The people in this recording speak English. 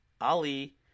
Ali